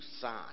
sign